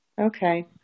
Okay